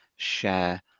share